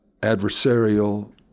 adversarial